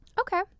Okay